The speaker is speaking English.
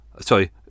sorry